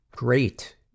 Great